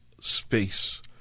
space